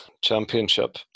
Championship